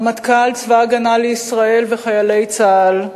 רמטכ"ל צבא-הגנה לישראל וחיילי צה"ל,